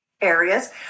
areas